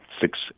six